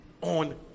on